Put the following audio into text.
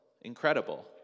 Incredible